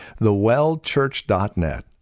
thewellchurch.net